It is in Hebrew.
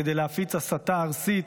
כדי להפיץ הסתה ארסית,